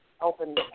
open